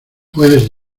puedes